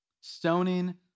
Stoning